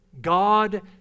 God